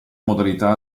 modalità